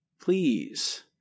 Please